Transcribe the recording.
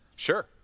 Sure